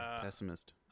Pessimist